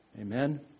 Amen